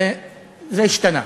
זה השתנה.